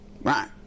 Right